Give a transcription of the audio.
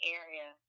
area